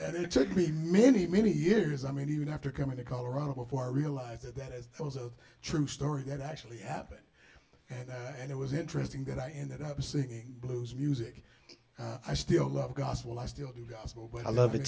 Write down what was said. and it took me many many years i mean even after coming to colorado before i realized that that is i was a true story that actually happened and it was interesting that i ended up singing blues music i still love gospel i still do gospel but i love it